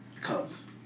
comes